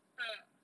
ah